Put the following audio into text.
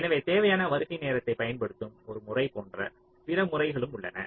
எனவே தேவையான வருகை நேரத்தைப் பயன்படுத்தும் ஒரு முறை போன்ற பிற முறைகளும் உள்ளன